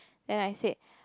then I said